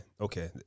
Okay